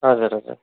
हजुर हजुर